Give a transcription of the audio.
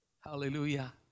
Hallelujah